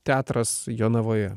teatras jonavoje